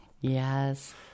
Yes